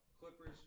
Clippers